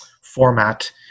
format